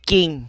King